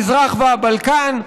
מזרח והבלקן,